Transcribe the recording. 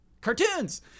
cartoons